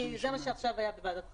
כי זה מה שעכשיו היה בוועדת חריגים.